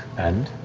and?